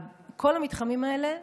כל המתחמים האלה,